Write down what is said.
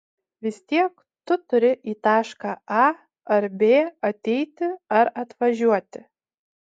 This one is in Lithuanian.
vis tiek tu turi į tašką a ar b ateiti ar atvažiuoti